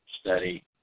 study